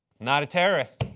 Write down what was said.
not a terrorist.